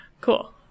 Cool